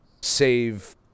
save